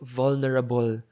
vulnerable